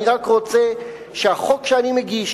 אני רק רוצה שהחוק שאני מגיש,